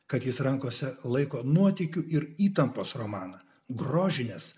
kad jis rankose laiko nuotykių ir įtampos romaną grožinės